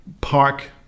park